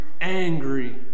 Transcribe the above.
angry